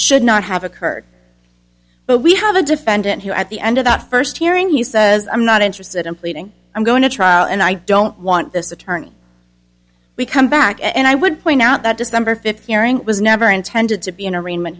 should not have occurred but we have a defendant here at the end of that first hearing he says i'm not interested in pleading i'm going to trial and i don't want this attorney we come back and i would point out that december fifth hearing was never intended to be an arraignment